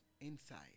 inside